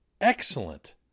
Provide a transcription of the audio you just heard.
excellent